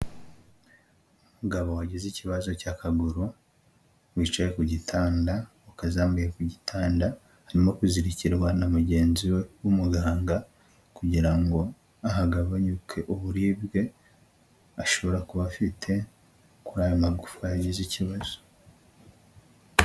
Umugabo wagize ikibazo cy'akaguru wicaye ku gitanda wakazamuye ku gitanda, arimo kuzirikirwa na mugenzi we w'umuganga kugira ngo hagabanyuke uburibwe ashobora kuba afite muri ayo magufwa yagize ikibazo.